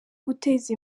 guteza